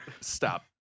Stop